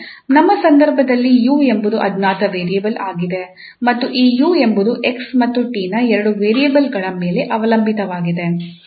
ನಮ್ಮ ಸಂದರ್ಭದಲ್ಲಿ 𝑢 ಎಂಬುದು ಅಜ್ಞಾತ ವೇರಿಯೇಬಲ್ ಆಗಿದೆ ಮತ್ತು ಈ 𝑢 ಎಂಬುದು 𝑥 ಮತ್ತು 𝑡 ಎಂಬ ಎರಡು ವೇರಿಯೇಬಲ್ಗಳ ಮೇಲೆ ಅವಲಂಬಿತವಾಗಿದೆ